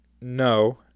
no